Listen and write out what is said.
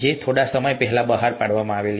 જે થોડા સમય પહેલા બહાર પાડવામાં આવી છે